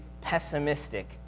pessimistic